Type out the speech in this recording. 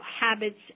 habits